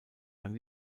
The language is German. lang